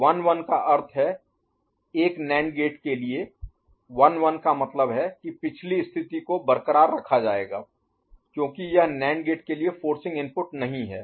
तो 1 1 का अर्थ है एक NAND गेट के लिए 1 1 का मतलब है कि पिछली स्थिति को बरकरार रखा जाएगा क्योंकि यह नैंड गेट के लिए फोर्सिंग इनपुट नहीं है